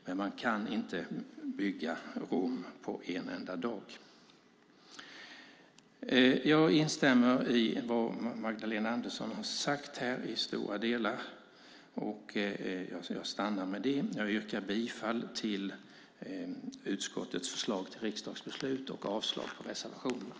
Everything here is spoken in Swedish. Men Rom byggdes inte på en dag. Jag instämmer i stora delar i vad Magdalena Andersson har sagt. Jag yrkar bifall till utskottets förslag till riksdagsbeslut och avslag på reservationerna.